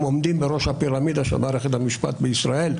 עומדות בראש הפירמידה של מערכת המשפט בישראל.